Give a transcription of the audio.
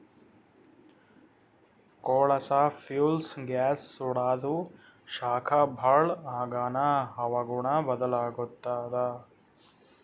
ಕೊಳಸಾ fuels gas ಸುಡಾದು ಶಾಖ ಭಾಳ್ ಆಗಾನ ಹವಾಗುಣ ಬದಲಾತ್ತದ